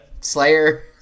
Slayer